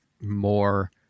more